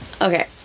Okay